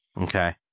Okay